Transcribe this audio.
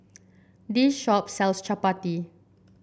this shop sells Chapati